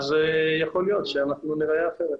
יכול להיות שניראה אחרת.